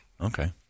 Okay